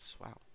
wow